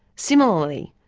similarly,